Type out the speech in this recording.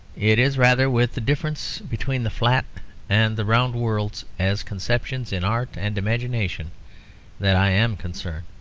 it is rather with the difference between the flat and the round worlds as conceptions in art and imagination that i am concerned.